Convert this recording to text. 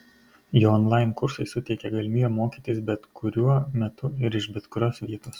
jo onlain kursai suteikė galimybę mokytis bet kuriuo metu ir iš bet kurios vietos